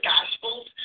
Gospels